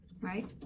right